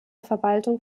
verwaltung